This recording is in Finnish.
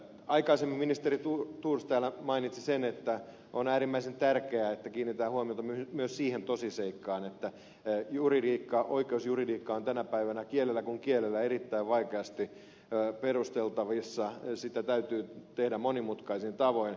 aikaisemmin ministeri thors täällä mainitsi sen että on äärimmäisen tärkeää että kiinnitetään huomiota myös siihen tosiseikkaan että juridiikka oikeusjuridiikka on tänä päivänä kielellä kuin kielellä erittäin vaikeasti perusteltavissa sitä täytyy tehdä monimutkaisin tavoin